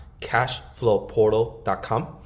cashflowportal.com